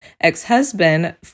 ex-husband